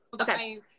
Okay